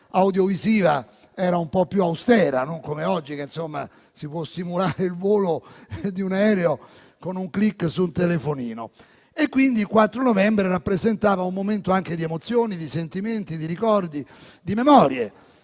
audiovisiva era un po' più austera, non come oggi che si può simulare il volo di un aereo con un *clic* sul telefonino. Quindi, il 4 novembre rappresentava anche un momento di emozioni, di sentimenti, di ricordi e di memorie,